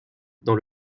dans